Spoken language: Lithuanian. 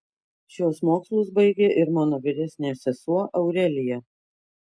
šiuos mokslus baigė ir mano vyresnė sesuo aurelija